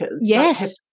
Yes